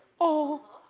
oh,